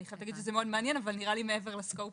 זה מאוד מעניין אבל מעבר ל-scope